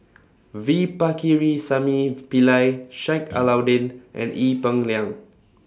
V Pakirisamy Pillai Sheik Alau'ddin and Ee Peng Liang